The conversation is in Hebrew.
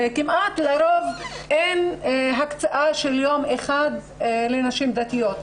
כמעט לרוב אין הקצאה של יום אחד לנשים דתיות.